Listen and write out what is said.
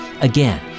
Again